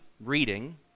reading